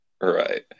Right